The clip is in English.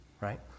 Right